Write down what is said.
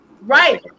Right